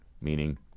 meaning